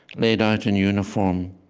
laid out in uniform,